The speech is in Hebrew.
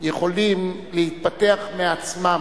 יכולים להתפתח מעצמם.